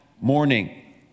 morning